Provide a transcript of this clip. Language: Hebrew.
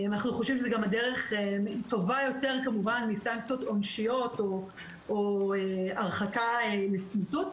אנחנו חושבים שזו דרך טובה יותר מסנקציות או הרחקה לצמיתות.